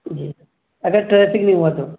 جی اگر ٹریفک نہیں ہوا تو